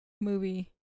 movie